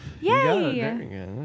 Yay